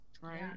Right